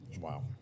wow